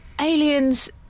Aliens